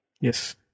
Yes